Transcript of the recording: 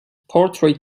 portray